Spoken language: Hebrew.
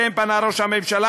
שאליהם פנה ראש הממשלה,